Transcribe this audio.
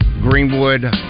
Greenwood